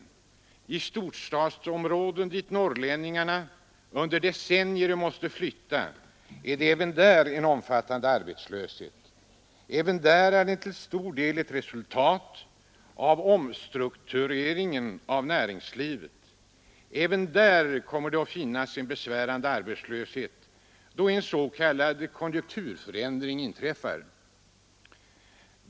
Även i storstadsområden, dit norrlänningarna under decennier måst flytta, är det en omfattande arbetslöshet. Även där är den till stor del ett resultat av omstruktureringen av näringslivet, och det kommer även där att finnas en besvärande arbetslöshet då en s.k konjunkturförändring inträffar.